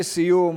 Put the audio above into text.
לסיום,